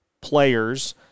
players